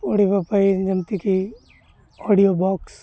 ପଢ଼ିବା ପାଇଁ ଯେମିତିକି ଅଡ଼ିଓ ବକ୍ସ